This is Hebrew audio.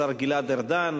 השר גלעד ארדן,